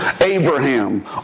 Abraham